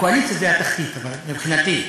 הקואליציה, זה התחתית מבחינתי.